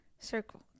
circle